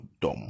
dumb